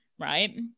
Right